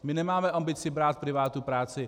My nemáme ambici brát privátu práci.